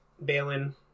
Balin